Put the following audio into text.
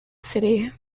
city